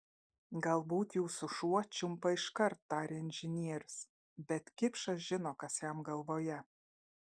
galbūt jūsų šuo čiumpa iškart tarė inžinierius bet kipšas žino kas jam galvoje